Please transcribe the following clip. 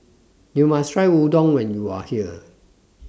YOU must Try Udon when YOU Are here